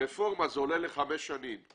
ברפורמה זה עולה לחמש שנים.